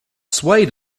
swayed